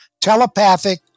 telepathic